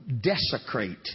desecrate